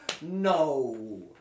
No